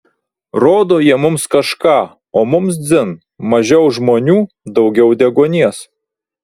rodo jie mums kažką o mums dzin mažiau žmonių daugiau deguonies